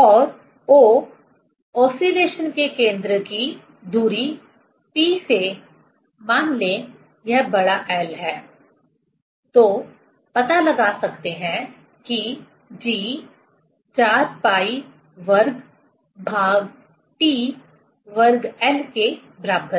और Oओसीलेशन के केंद्र की दूरी P से मान ले यह बड़ा L है तो पता लगा सकते हैं कि g 4 pi वर्ग भाग T वर्ग L के बराबर है